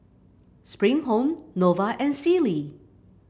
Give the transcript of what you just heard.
Spring Home Nova and Sealy